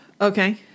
Okay